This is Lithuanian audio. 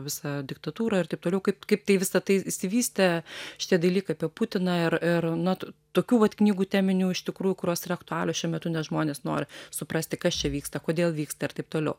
visą diktatūrą ir taip toliau kaip kaip tai visa tai išsivystė šitie dalykai apie putiną ir ir na tokių vat knygų teminių iš tikrųjų kurios yra aktualios šiuo metu nes žmonės nori suprasti kas čia vyksta kodėl vyksta ir taip toliau